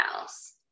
else